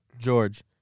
George